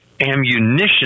ammunition